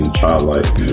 childlike